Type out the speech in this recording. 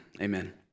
amen